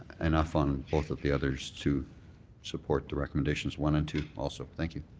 enough on both of the others to support the recommendations one and two also. thank you.